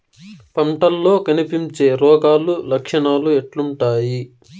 పంటల్లో కనిపించే రోగాలు లక్షణాలు ఎట్లుంటాయి?